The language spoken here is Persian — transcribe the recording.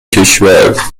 کشور